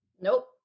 Nope